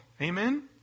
Amen